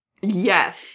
yes